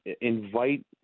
invite